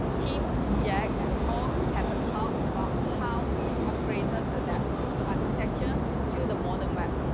tim, jack, and paul have a talk about how we upgraded the devtools architecture to the modern web.